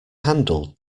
handled